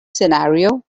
scenario